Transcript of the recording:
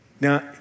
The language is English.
Now